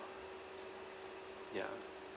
ya